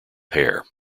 pair